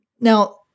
Now